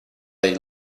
they